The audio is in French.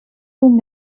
toutes